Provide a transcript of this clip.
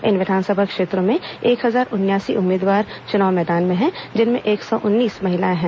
इन विधानसभा क्षेत्रों में एक हजार उनयासी उम्मीदवार चुनाव मैदान में है जिनमें से एक सौ उन्नीस महिलाएं हैं